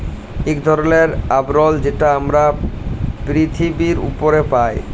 ইক ধরলের আবরল যেট আমরা পিরথিবীর উপরে পায়